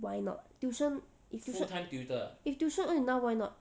why not tuition efficient if tuition earn enough why not